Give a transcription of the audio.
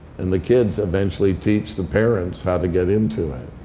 and the kids eventually teach the parents how to get into it.